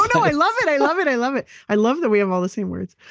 i love it. i love it. i love it. i love that we have all the same words.